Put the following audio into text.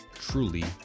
truly